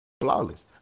flawless